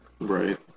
Right